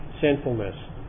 sinfulness